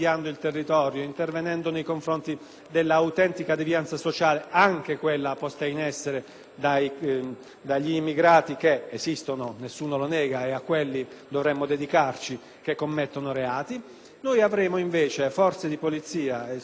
dagli immigrati - che esistono, nessuno lo nega, e a quelli dovremmo dedicarci - che commettono reati. Avremo invece forze di polizia - il sottosegretario Mantovano lo sa molto bene poiché egli stesso è all'interno della